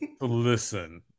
Listen